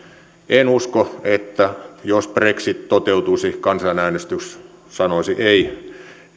en usko että jos brexit toteutuisi kansanäänestys sanoisi ei